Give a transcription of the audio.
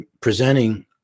presenting